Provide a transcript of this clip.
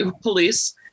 police